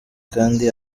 kandi